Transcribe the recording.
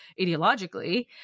ideologically